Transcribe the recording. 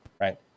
right